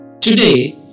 Today